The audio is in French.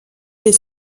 des